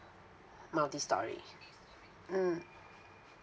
multi storey mm